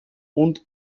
und